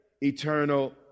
eternal